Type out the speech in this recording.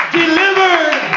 delivered